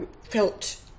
felt